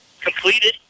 Completed